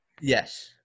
Yes